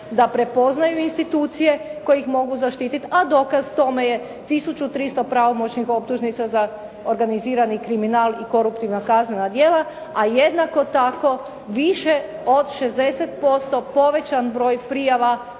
da prepoznaju institucije koje mogu zaštiti, a dokaz tome je tisuću 300 pravomoćno optužnica za organizirani kriminal i koruptivna kaznena djela, a jednako tako više od 60% povećan broj prijava